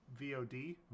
VOD